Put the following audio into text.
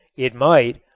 it might,